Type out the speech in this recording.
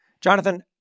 Jonathan